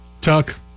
Tuck